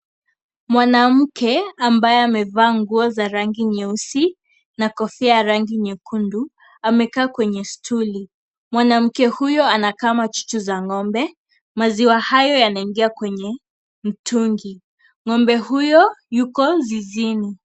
Mwanamke ambaye amevaa nguo za rangi ya nyeusi na kofia ya rangi nyekundu amekaa kwenye stuli. Mwanamke huyo anakama chuchu za ng'ombe, maziwa haya yanaingia kwenye mtungi. Ng'ombe huyo yuko zizini.